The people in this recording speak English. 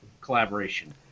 collaboration